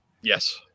Yes